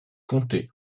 comté